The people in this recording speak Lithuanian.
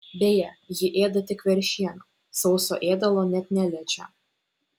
beje ji ėda tik veršieną sauso ėdalo net neliečia